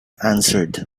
answered